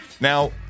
Now